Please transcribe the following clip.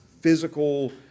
physical